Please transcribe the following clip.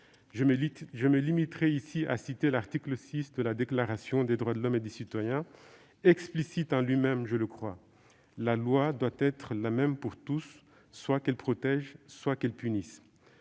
Je me limiterai à citer l'article VI de la Déclaration des droits de l'homme et du citoyen, qui est assez explicite :« [La loi] doit être la même pour tous, soit qu'elle protège, soit qu'elle punisse.